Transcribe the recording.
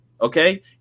okay